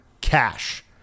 cash